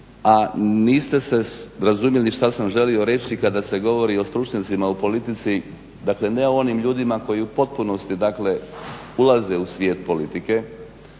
A niste razumjeli što sam želio reći kada se govori o stručnjacima u politici, dakle ne o onim ljudima koji u potpunosti dakle ulaze u svijet politike